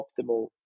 optimal